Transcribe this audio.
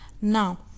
Now